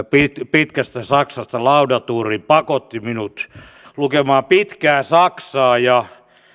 pitkästä saksasta laudaturin pakotti minut lukemaan pitkää saksaa ja